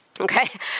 Okay